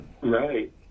Right